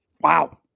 Wow